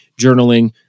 journaling